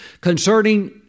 Concerning